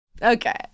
Okay